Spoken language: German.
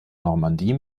normandie